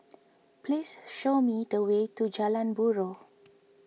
please show me the way to Jalan Buroh